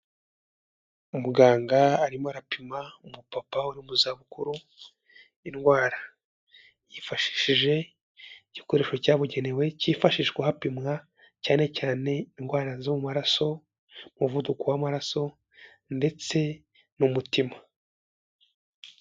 Umuganga arimo arapima umupapa uri mu zabukuru indwara yifashishije igikoresho cyabugenewe cyifashishwa hapimwa cyane cyane indwara zo mu maraso, umuvuduko w'amaraso ndetse n'umutima.